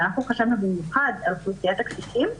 ואנחנו חשבנו במיוחד על אוכלוסיית הקשישים,